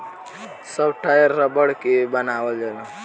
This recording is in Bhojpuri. सब टायर रबड़ के बनावल जाला